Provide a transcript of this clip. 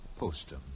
Postum